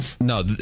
No